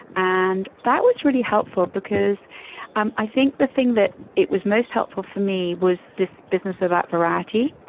and that was really helpful because um i think the thing that it was most helpful for me was this business about variety.